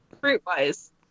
Fruit-wise